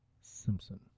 Simpson